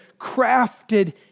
crafted